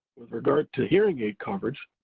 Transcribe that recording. with regard to hearing aid coverage,